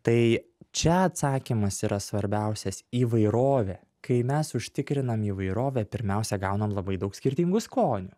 tai čia atsakymas yra svarbiausias įvairovė kai mes užtikrinam įvairovę pirmiausia gaunam labai daug skirtingų skonių